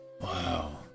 wow